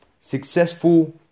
successful